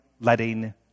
letting